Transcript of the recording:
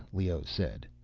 leoh said.